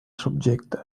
subjecte